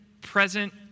present